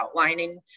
outlining